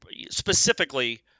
Specifically